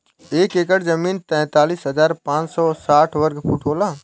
एक एकड़ जमीन तैंतालीस हजार पांच सौ साठ वर्ग फुट होला